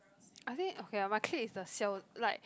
I think okay lah my clique is the siao like